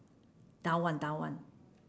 down [one] down [one]